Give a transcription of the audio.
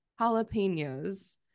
jalapenos